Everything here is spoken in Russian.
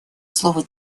слово